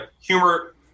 humor